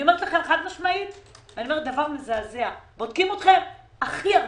ואומר דבר מזעזע: בודקים אתכם הכי הרבה.